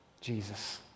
Jesus